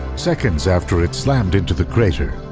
seconds after it slammed into the crater,